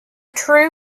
true